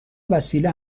وسیله